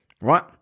right